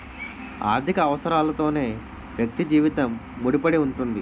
ఆర్థిక అవసరాలతోనే వ్యక్తి జీవితం ముడిపడి ఉంటుంది